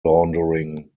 laundering